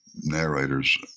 narrators